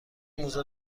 موزه